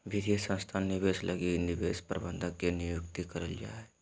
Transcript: वित्तीय संस्थान निवेश लगी निवेश प्रबंधक के नियुक्ति करल जा हय